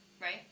Right